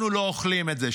אנחנו לא אוכלים את זה.